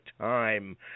time